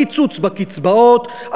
קיצוץ בקצבאות,